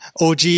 OG